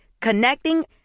Connecting